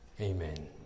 Amen